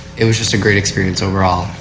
it was just a great experience overall.